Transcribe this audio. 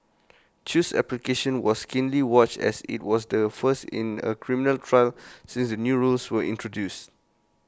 chew's application was keenly watched as IT was the first in A criminal trial since the new rules were introduced